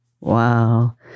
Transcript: Wow